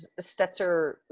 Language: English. stetzer